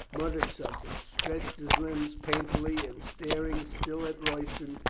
muttered something, stretched his limbs painfully and staring still at royston,